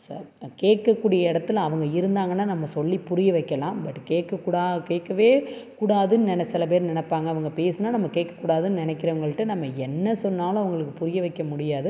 கேட்கக்கூடிய இடத்துல அவங்க இருந்தாங்கன்னால் நம்ம சொல்லிப் புரிய வைக்கலாம் பட் கேட்கக்கூட கேட்கவே கூடாதுன்னு நெ சில பேர் நினப்பாங்க அவங்க பேசினா நம்ம கேட்கக்கூடாதுன் நினைக்கிறவங்கள்ட்ட நம்ம என்ன சொன்னாலும் அவங்களுக்குப் புரிய வைக்க முடியாது